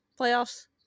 playoffs